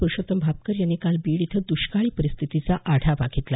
पुरुषोत्तम भापकर यांनी काल बीड इथं दृष्काळी परिस्थितीचा आढावा घेतला